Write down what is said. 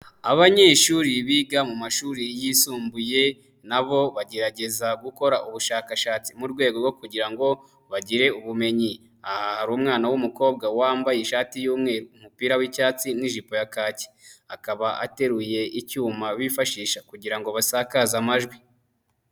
Abanyeshuri biga mu mashuri yisumbuye, nabo bagerageza gukora ubushakashatsi mu rwego rwo kugira ngo bagire ubumenyi, aha hari umwna w'umukobwa wambaye ishati y'umweru, umupira w'icyatsi ni'jipo ya kake, akaba ateruye icyuma bifashisha kugira ngo basakaze amajwi.